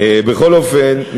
בכל אופן,